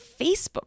Facebook